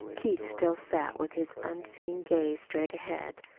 keith still sat, with his unseeing gaze straight ahead,